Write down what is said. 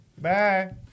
Bye